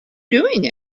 doing